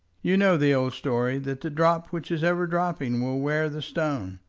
you know the old story, that the drop which is ever dropping will wear the stone.